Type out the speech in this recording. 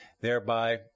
thereby